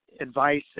advice